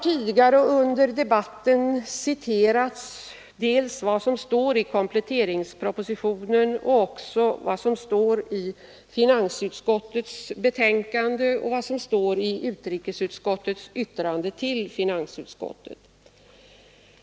Tidigare under debatten har citerats dels vad som står i kompletteringspropositionen, dels vad som står i finansutskottets betänkande och i utrikesutskottets yttrande till finansutskottet.